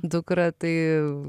dukrą tai